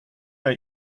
der